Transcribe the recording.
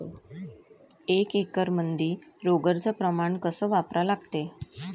एक एकरमंदी रोगर च प्रमान कस वापरा लागते?